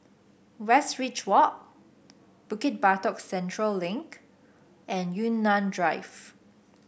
Westridge Walk Bukit Batok Central Link and Yunnan Drive